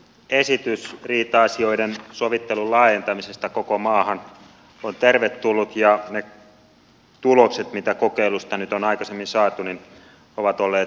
esitys riita asioiden sovittelun laajentamisesta koko maahan on tervetullut ja ne tulokset mitä kokeilusta on aikaisemmin saatu ovat olleet myönteisiä